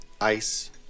ice